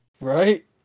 Right